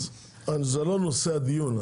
אז זה לא נושא הדיון,